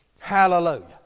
Hallelujah